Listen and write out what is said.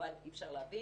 שכמובן אי-אפשר להבין.